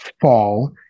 fall